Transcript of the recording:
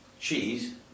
Cheese